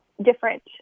different